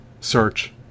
search